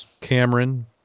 Cameron